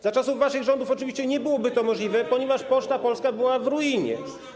Za czasów waszych rządów oczywiście nie byłoby to możliwe, ponieważ Poczta Polska była w ruinie.